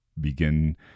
begin